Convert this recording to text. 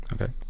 okay